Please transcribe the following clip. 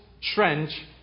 trench